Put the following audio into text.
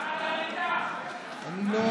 כן?